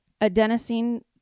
Adenosine